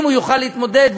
אם הוא יוכל להתמודד,